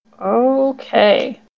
Okay